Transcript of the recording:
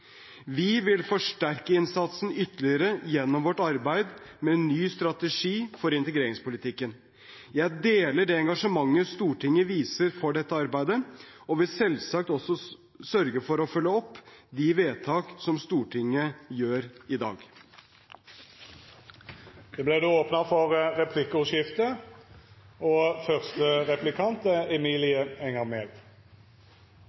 Vi vil forsterke innsatsen ytterligere gjennom vårt arbeid med en ny strategi for integreringspolitikken. Jeg deler det engasjementet Stortinget viser for dette arbeidet, og vil selvsagt også sørge for å følge opp de vedtak som Stortinget gjør i dag. Det vert replikkordskifte.